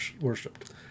worshipped